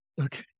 Okay